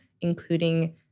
including